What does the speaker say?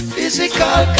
Physical